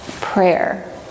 prayer